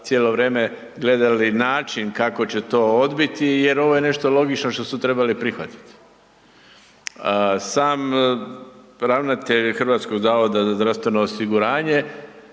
cijelo vrijeme gledali način kako će to odbiti jer ovo je nešto logično što su trebali prihvatiti. Sam ravnatelj Hrvatskog zavoda za zdravstveno osiguranje